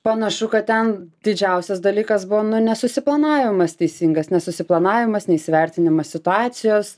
panašu kad ten didžiausias dalykas buvo nu nesusiplanavimas teisingas nesusi planavimas neįsivertinimas situacijos